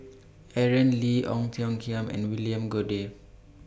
Aaron Lee Ong Tiong Khiam and William Goode